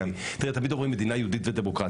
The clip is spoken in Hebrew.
תמיד אומרים מדינה יהודית ודמוקרטית.